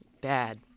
Bad